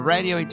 Radio